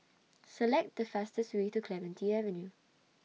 Select The fastest Way to Clementi Avenue